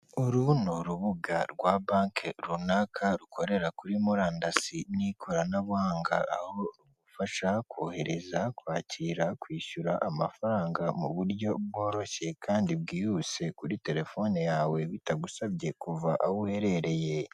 Uru ni urubuga rwa banki runaka rukorera kuri murandasi n'ikoranabuhanga, aho rugufasha kohereza, kwakira, kwishyura amafaranga mu buryo bworoshye kandi bwihuse kuri telefone yawe bitagusabye kuva aho uherereye.